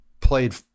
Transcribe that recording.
played